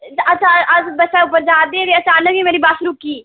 ते अस अस बस्सा उप्पर जा'रदे हे ते अचानक गै मेरी बस रुकी